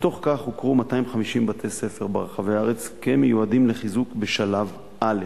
בתוך כך הוכרו 250 בתי-ספר ברחבי הארץ כמיועדים לחיזוק בשלב א'.